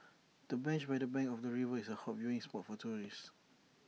the bench by the bank of the river is A hot viewing spot for tourists